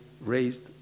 raised